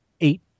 eight